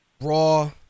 Raw